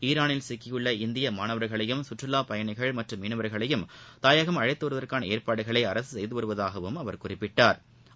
ஈரானில் சிக்கியுள்ள இந்திய மாணவர்களையும் கற்றாலாப் பயணிகள் மற்றும் மீனவர்களையும் தாயகம் அழழத்து வருவதற்கான ஏற்பாடுகளை அரசு செய்து வருவதாகவும் அவர் குறிப்பிட்டா்